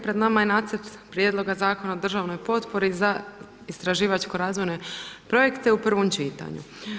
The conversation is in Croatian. Pred nama je Nacrt prijedloga zakona o državnoj potpori za istraživačke razvojne projekte u prvom čitanju.